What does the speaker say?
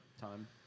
time